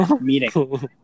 meeting